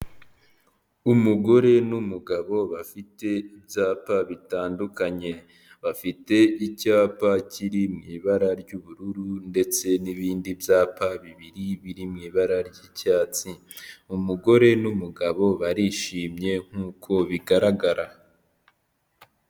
Umugore n'umugabo bafite ibyapa bitandukanye bafite icyapa kiri mu ibara ry'ubururu ndetse n'ibindi byapa bibiri biri mu ibara ry'icyatsi, umugore n'umugabo barishimye nk'uko bigaragara.